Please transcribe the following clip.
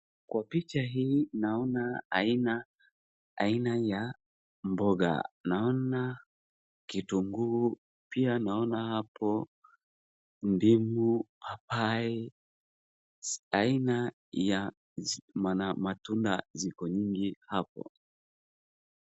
Kwa picha hii naona aina ya mboga. Naona kitunguu, pia naona hapo ndimu, papai. Aina ya matunda ziko nyingi hapo.